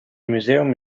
museum